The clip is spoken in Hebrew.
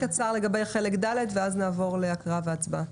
קצר ונעבור להקראה והצבעה.